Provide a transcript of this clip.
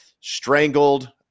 Strangled